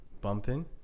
bumping